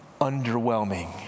underwhelming